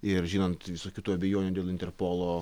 ir žinant visokių tų abejonių dėl interpolo